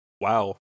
Wow